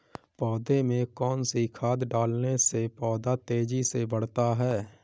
पौधे में कौन सी खाद डालने से पौधा तेजी से बढ़ता है?